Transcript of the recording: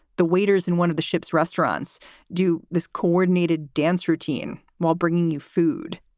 the waiters in one of the ship's restaurants do this coordinated dance routine while bringing you food.